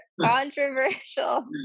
controversial